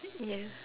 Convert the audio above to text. yes